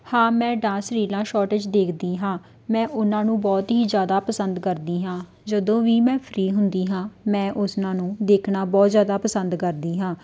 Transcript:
ਹਾਂ ਮੈਂ ਡਾਂਸ ਰੀਲਾ ਸ਼ੋਰਟੇਜ ਦੇਖਦੀ ਹਾਂ ਮੈਂ ਉਹਨਾਂ ਨੂੰ ਬਹੁਤ ਹੀ ਜ਼ਿਆਦਾ ਪਸੰਦ ਕਰਦੀ ਹਾਂ ਜਦੋਂ ਵੀ ਮੈਂ ਫਰੀ ਹੁੰਦੀ ਹਾਂ ਮੈਂ ਉਸ ਉਹਨਾਂ ਨੂੰ ਦੇਖਣਾ ਬਹੁਤ ਜ਼ਿਆਦਾ ਪਸੰਦ ਕਰਦੀ ਹਾਂ